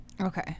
okay